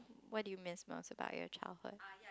what do you miss most about your childhood